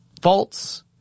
faults